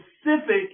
specific